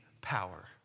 power